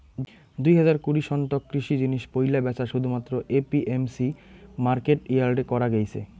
দুই হাজার কুড়ি সন তক কৃষি জিনিস পৈলা ব্যাচা শুধুমাত্র এ.পি.এম.সি মার্কেট ইয়ার্ডে করা গেইছে